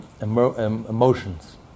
emotions